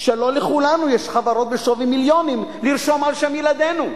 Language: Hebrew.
שלא לכולנו יש חברות בשווי מיליונים לרשום על שם ילדינו?